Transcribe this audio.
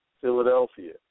Philadelphia